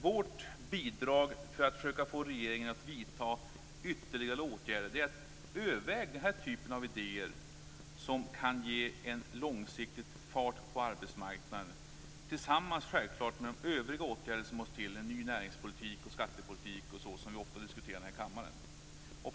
Vårt bidrag för att försöka få regeringen att vidta ytterligare åtgärder handlar om att överväga den här typen av idéer som långsiktigt kan få fart på arbetsmarknaden, självklart tillsammans med övriga åtgärder som måste till - en ny näringspolitik, skattepolitik osv. som vi ofta diskuterar i denna kammare.